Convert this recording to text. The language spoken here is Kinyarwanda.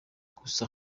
gusa